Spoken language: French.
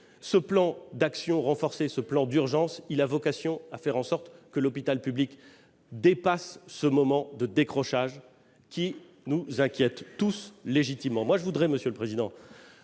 Ce plan d'action renforcé, ce plan d'urgence, a vocation à aider l'hôpital public à dépasser ce moment de décrochage qui nous inquiète tous légitimement.